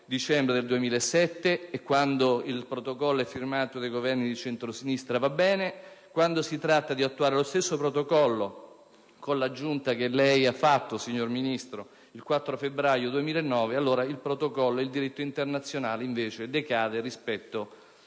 rilevare che quando il Protocollo è firmato dai Governi di centrosinistra va bene, quando invece si tratta di attuare lo stesso Protocollo con l'aggiunta che lei ha fatto, signor Ministro, il 4 febbraio 2009, allora il diritto internazionale decade rispetto alle